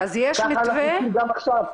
כך אנחנו גם עכשיו.